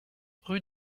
rue